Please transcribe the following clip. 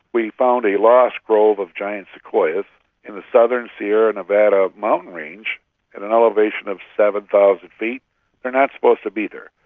we found a lost grove of giant sequoias in the southern sierra nevada mountain range in an elevation of seven thousand feet. they are not supposed to be there.